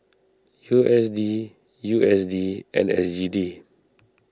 U S D U S D and S E D